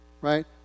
Right